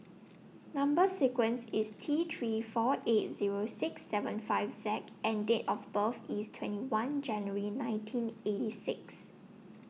Number sequence IS T three four eight Zero six seven five Z and Date of birth IS twenty one January nineteen eighty six